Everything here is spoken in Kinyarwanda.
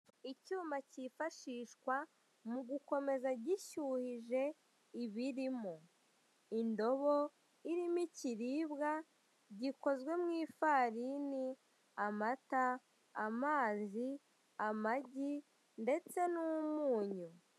Icyuma kifashishwa mugukomeza gishyuhije ibirimo. indobo irimo ikiribwa gikozwe mu ifarini, amata, amazi, amagi ndetse n'umunyu.